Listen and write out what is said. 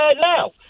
now